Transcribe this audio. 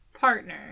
partner